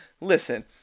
Listen